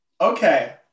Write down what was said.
Okay